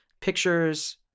Pictures